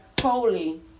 holy